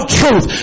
truth